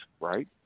Right